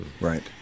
Right